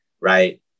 right